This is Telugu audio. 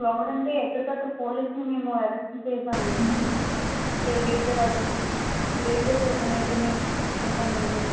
క్రౌడ్ అంటే ఎక్కడికక్కడ పోలీసుల్ని మేము ఎరెక్షన్ చేశామండి ఏ గేట్ దగ్గర గేట్ గేటు దగ్గర ఇద్దరినీ ఇద్దరినీ వేసామండి